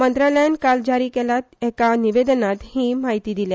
मंत्रालयान काल जारी केल्या एका निवेदनात ही म्हायती दिल्या